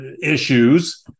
issues